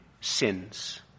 sins